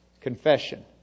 Confession